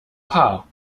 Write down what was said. paar